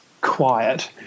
quiet